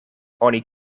oni